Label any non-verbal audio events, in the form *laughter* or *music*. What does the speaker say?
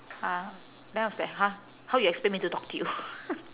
uh then I was like !huh! how you expect me to talk to you *laughs*